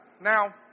Now